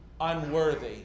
unworthy